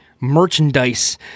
Merchandise